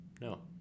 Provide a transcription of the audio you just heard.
no